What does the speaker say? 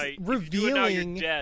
revealing